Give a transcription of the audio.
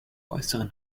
äußeren